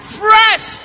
fresh